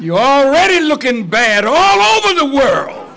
you already looking bad all over the world